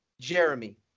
Jeremy